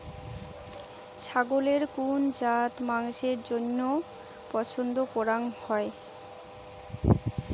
ছাগলের কুন জাত মাংসের জইন্য পছন্দ করাং হই?